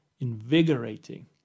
invigorating